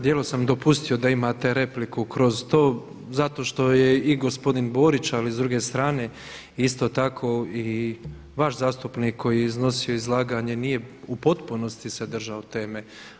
Dijelom sam dopustio da imate repliku kroz to zato što je i gospodin Borić, ali i s druge strane isto tako i vaš zastupnik koji je iznosio izlaganje nije u potpunosti se držao teme.